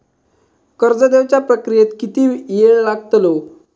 कर्ज देवच्या प्रक्रियेत किती येळ लागतलो?